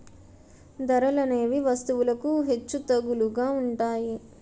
ధరలనేవి వస్తువులకు హెచ్చుతగ్గులుగా ఉంటాయి